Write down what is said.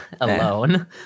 alone